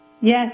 yes